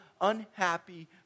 unhappy